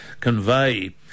convey